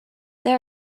there